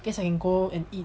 guess I can go and eat